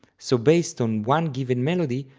so based on one given melody,